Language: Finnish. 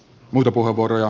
muita puheenvuoroja